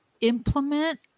implement